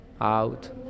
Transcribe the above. out